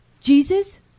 Jesus